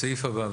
הסעיף הבא.